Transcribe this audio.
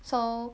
so